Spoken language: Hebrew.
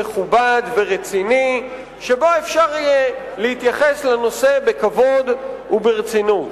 מכובד ורציני שבו אפשר יהיה להתייחס לנושא בכבוד וברצינות.